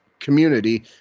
Community